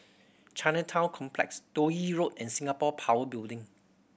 Chinatown Complex Toh Yi Road and Singapore Power Building